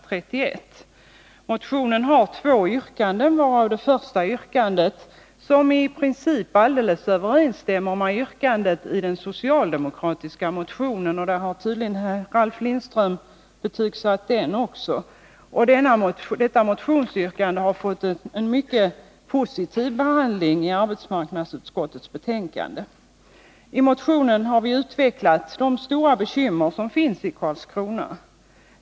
Det finns två yrkanden i motionen, varav det första — som i princip helt överensstämmer med yrkandet i den socialdemokratiska motionen, Ralf Lindström har tydligen betygsatt även den motionen — har fått en mycket positiv behandling i arbetsmarknadsutskottets betänkande. I motionen har vi framhållit de stora bekymmer som finns i Karlskrona.